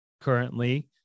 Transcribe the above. currently